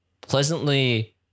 pleasantly